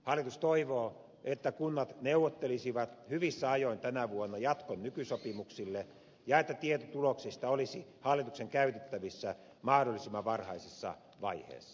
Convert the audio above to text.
hallitus toivoo että kunnat neuvottelisivat hyvissä ajoin tänä vuonna jatkon nykysopimuksille ja että tieto tuloksista olisi hallituksen käytettävissä mahdollisimman varhaisessa vaiheessa